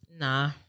Nah